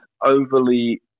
overly